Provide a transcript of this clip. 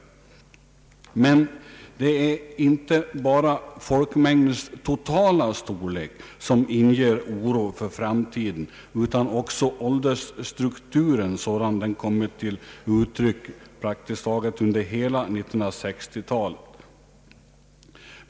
Men det är inte bara folkmängdens totala storlek som inger oro för framtiden utan också åldersstrukturen, sådan den kommit till uttryck praktiskt taget under hela 1960-talet.